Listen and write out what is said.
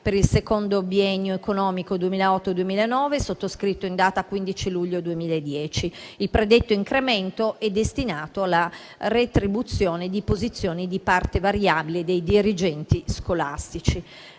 per il secondo biennio economico 2008-2009, sottoscritto in data 15 luglio 2010. Il predetto incremento è destinato alla retribuzione di posizioni di parte variabile dei dirigenti scolastici.